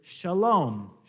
shalom